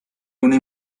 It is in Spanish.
una